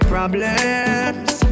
Problems